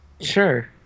Sure